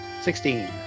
Sixteen